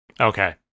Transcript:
Okay